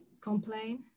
complain